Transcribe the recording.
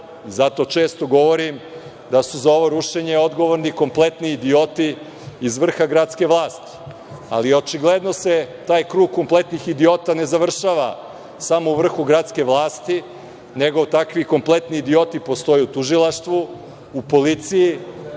Zato često govorim da su za ovo rušenje odgovorni kompletni idioti iz vrha gradske vlasti, ali očigledno se taj krug kompletnih idiota ne završava samo u vrhu gradske vlasti, nego takvi kompletni idioti postoje u tužilaštvu, u policiji,